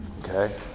Okay